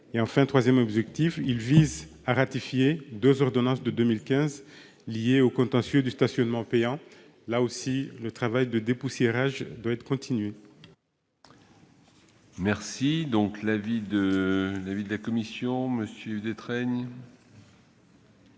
Enfin, cet amendement vise à ratifier deux ordonnances de 2015 liées au contentieux du stationnement payant. Là aussi, le travail de dépoussiérage doit être continué. Quel est l'avis de la commission ? Au travers